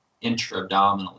intra-abdominally